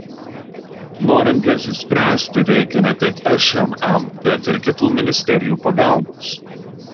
norint jas išspręsti reikia ne tik šmm bet ir kitų ministerijų pagalbos